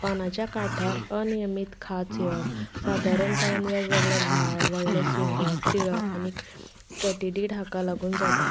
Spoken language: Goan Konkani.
पानाच्या कांठार अनियमीत खाज येवप सादारणपणान वेगवेगळे व्हाळ व्हडलें सुंगट टिळक आनी केटेडीड हाका लागून जातात